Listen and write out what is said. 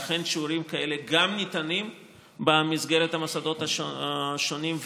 ואכן שיעורים כאלה גם ניתנים במסגרת המוסדות השונים,